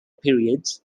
periods